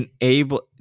enable